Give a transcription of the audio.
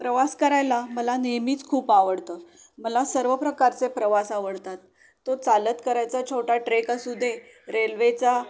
प्रवास करायला मला नेहमीच खूप आवडतं मला सर्व प्रकारचे प्रवास आवडतात तो चालत करायचा छोटा ट्रेक असू दे रेल्वेचा